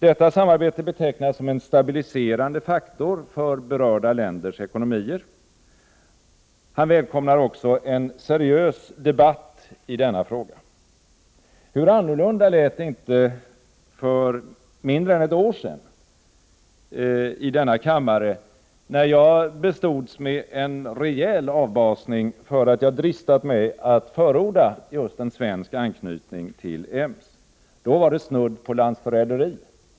Detta samarbete betecknas som en stabiliserande faktor för berörda länders ekonomier. Han välkomnar också en seriös debatt i denna fråga. Hur annorlunda lät det inte för mindre än ett år sedan i denna kammare, när jag bestods med en rejäl avbasning för att jag dristat mig att förorda just en svensk anknytning till EMS. Då var det snudd på landsförräderi.